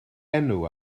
enw